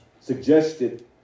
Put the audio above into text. suggested